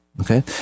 Okay